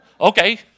Okay